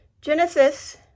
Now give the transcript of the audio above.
Genesis